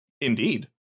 Indeed